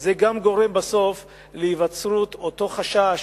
זה גם גורם בסוף להיווצרות אותו חשש,